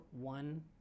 One